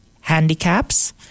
handicaps